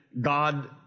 God